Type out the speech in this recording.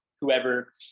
whoever